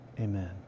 amen